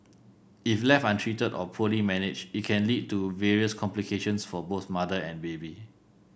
if left untreated or poorly managed it can lead to various complications for both mother and baby